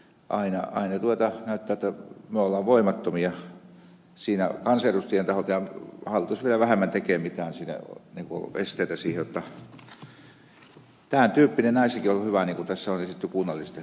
aina näyttää jotta me olemme voimattomia siinä kansanedustajien taholta ja hallitus vielä vähemmän tekee mitään siinä esteitä siihen jotta tämän tyyppinen näissäkin olisi ollut hyvä niin kuin tässä on esitetty kunnallisten asuntojen osalta